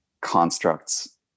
constructs